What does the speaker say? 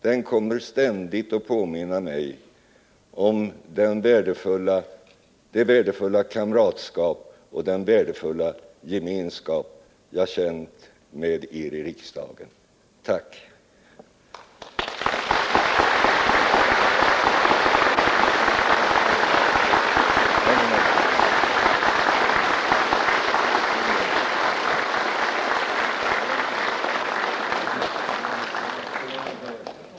Den kommer ständigt att påminna mig om det värdefulla kamratskap och den värdefulla gemenskap jag känt med er i riksdagen.